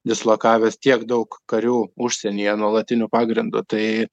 dislokavęs tiek daug karių užsienyje nuolatiniu pagrindu tai